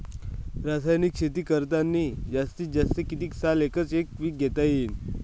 रासायनिक शेती करतांनी जास्तीत जास्त कितीक साल एकच एक पीक घेता येईन?